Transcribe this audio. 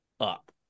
up